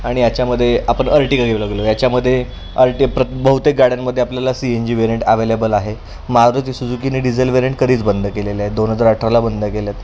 आणि याच्यामध्ये आपण अर्टिगा घेऊ लागलो याच्यामध्ये अर्टी प्रत बहुतेक गाड्यांमध्ये आपल्याला C N G variant available आहे मारुती सुजुकीने डिझेल वेरियंट कधीच बंद केलेले आहेत दोन हजार अठराला बंद केलेत